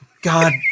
God